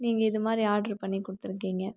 நீங்கள் இது மாதிரி ஆட்ரு பண்ணி கொடுத்துருக்கிங்க